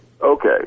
Okay